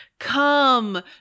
come